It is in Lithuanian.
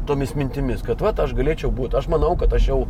tomis mintimis kad vat aš galėčiau būt aš manau kad aš jau